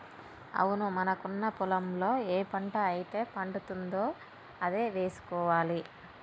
అవును మనకున్న పొలంలో ఏ పంట అయితే పండుతుందో అదే వేసుకోవాలి